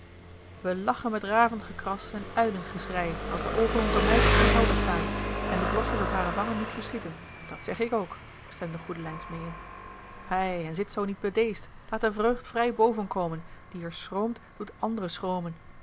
wij lachen met ravengekras en uilengeschrei als de oogen onzer meiskes maar helder staan en de blosjes op hare wangen niet verschieten dat zegge ik ook stemde goedelijns meê in hei en zit zoo niet bedeesd laat de vreugd vrij bovenkomen die er schroomt doet and'ren schromen